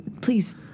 Please